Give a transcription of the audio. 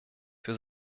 für